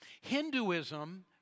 Hinduism